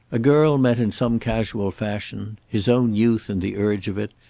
a girl met in some casual fashion his own youth and the urge of it,